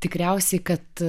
tikriausiai kad